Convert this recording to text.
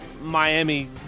Miami